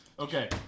Okay